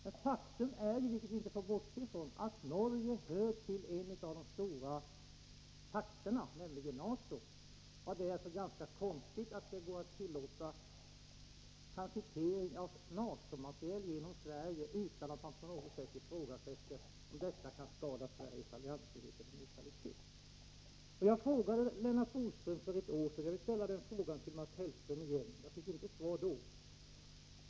Men faktum är ju, vilket vi inte får bortse ifrån, att Norge hör till en av de stora pakterna, nämligen NATO. Det är ganska konstigt att det går att tillåta transitering av NATO-materiel genom Sverige utan att man på något sätt ifrågasätter om detta kan skada Sveriges alliansfrihet eller neutralitet. Jag ställde en fråga till Lennart Bodström för ett år sedan utan att få svar, och jag vill ställa samma fråga till Mats Hellström.